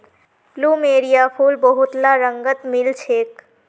plumeria फूल बहुतला रंगत मिल छेक